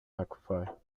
aquifer